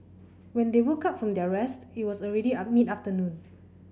when they woke up from their rest it was already mid afternoon